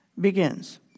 begins